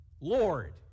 Lord